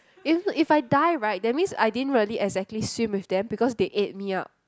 if if I die right that means I didn't really exactly swim with them because they ate me out